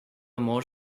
more